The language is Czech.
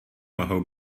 mohou